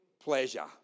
pleasure